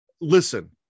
Listen